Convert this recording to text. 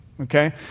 Okay